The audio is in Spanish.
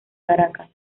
caracas